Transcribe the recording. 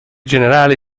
generale